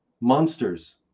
monsters